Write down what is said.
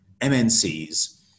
MNCs